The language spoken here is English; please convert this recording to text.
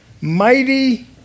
mighty